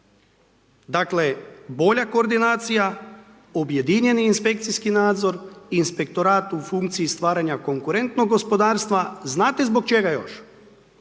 Dakle, bolja koordinacija, objedinjeni inspekcijski nadzor, inspektorat u funkciji stvaranja konkurentnog gospodarstva. Znate zbog čega još?